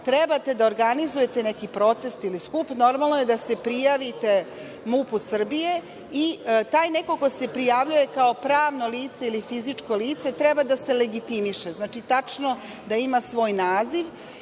treba da organizujete neki protest ili skup normalno je da se prijavite MUP Srbije i taj neko ko se prijavljuje kao pravno lice ili fizičko lice treba da se legitimiše. Znači, tačno da ima svoj naziv